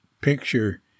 picture